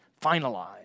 finalized